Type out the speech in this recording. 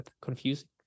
confusing